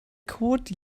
code